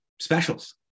specials